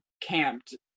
camped